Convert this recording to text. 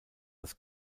das